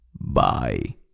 Bye